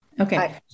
Okay